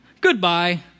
Goodbye